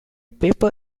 paper